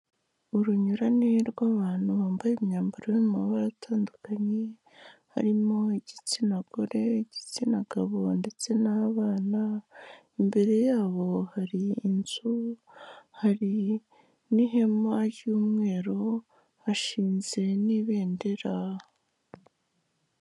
Urunyurane rw'abantu bambaye imyambaro yo mu mabara atandukanye, harimo igitsina gore, igitsina gabo ndetse n'abana, imbere yabo hari inzu, hari n'ihema ry'umweru, hashinze n'ibendera.